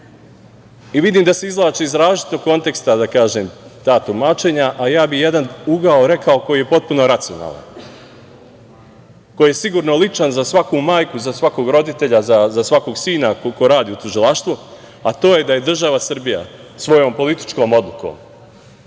i vidim da se izvlače iz različitog konteksta, da kažem, ta tumačenja, a ja bih jedan ugao rekao koji je potpuno racionalan, koji je sigurno ličan za svaku majku, za svakog roditelja, za svakog sina, ko radi u tužilaštvu, a to je da je država Srbija svojom političkom odlukom,